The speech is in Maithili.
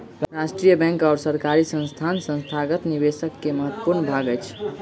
राष्ट्रीय बैंक और सरकारी संस्थान संस्थागत निवेशक के महत्वपूर्ण भाग अछि